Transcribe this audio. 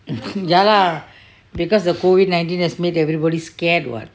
ya lah because of COVID nineteen has made everybody scared [what]